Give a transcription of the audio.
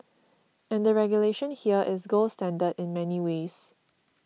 and the regulation here is gold standard in many ways